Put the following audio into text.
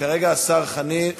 וכרגע השר חנין,